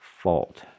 fault